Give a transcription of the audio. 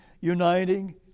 uniting